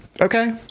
Okay